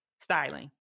styling